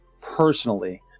personally